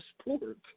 sport